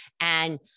And-